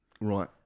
Right